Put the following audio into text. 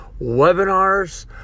webinars